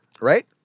Right